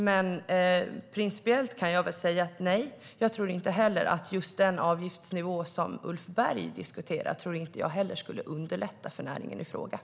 Men principiellt kan jag säga: Nej, jag tror inte heller att just den avgiftsnivå som Ulf Berg diskuterar skulle underlätta för näringen i fråga.